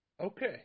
Okay